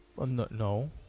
No